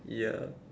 ya